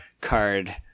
card